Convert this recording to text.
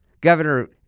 Governor